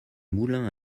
moulins